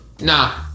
Nah